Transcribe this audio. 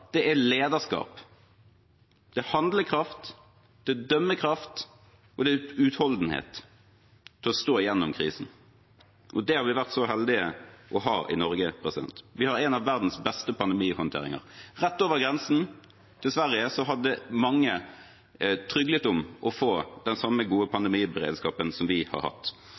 er lederskap, det er handlekraft, det er dømmekraft, og det er utholdenhet til stå igjennom krisen. Det har vi vært så heldige å ha i Norge. Vi har en av verdens beste pandemihåndteringer. Rett over grensen til Sverige hadde mange tryglet om å få den samme gode pandemiberedskapen som vi har hatt.